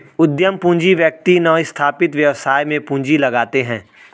उद्यम पूंजी व्यक्ति नवस्थापित व्यवसाय में पूंजी लगाते हैं